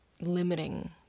limiting